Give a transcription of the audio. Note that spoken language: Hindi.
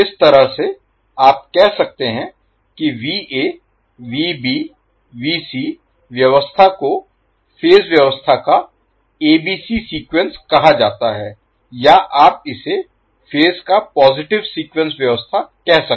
तो इस तरह से आप कह सकते हैं कि व्यवस्था को फेज व्यवस्था का abc सीक्वेंस कहा जाता है या आप इसे फेज का पॉजिटिव सीक्वेंस व्यवस्था कह सकते हैं